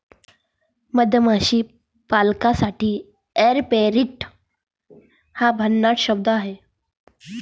मधमाशी पालकासाठी ऍपेरिट हा एक भन्नाट शब्द आहे